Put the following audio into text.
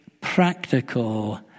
practical